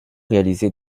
réalisé